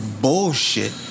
bullshit